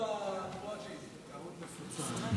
טעות נפוצה.